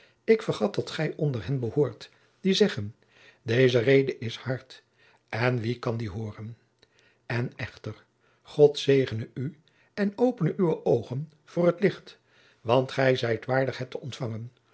ik vergat dat gij onder hen behoort die zeggen deze rede is hard en echter god zegene u en opene uwe oogen voor het licht want gij zijt waardig het te ontfangen